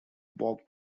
bog